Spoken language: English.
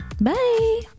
bye